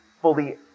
fully